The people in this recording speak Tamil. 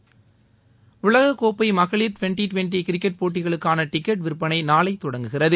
விளையாட்டுச் செய்திகள் உலகக் கோப்பை மகளிர் டுவெள்டி டுவெள்டி கிரிக்கெட் போட்டிகளுக்கான டிக்கெட் விற்பனை நாளை தொடங்குகிறது